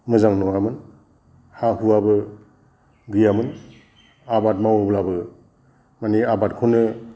मोजां नङामोन हा हुआबो गैयामोन आबाद मावोब्लाबो माने आबादखौनो